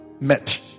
met